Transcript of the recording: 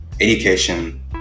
education